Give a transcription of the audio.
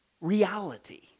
reality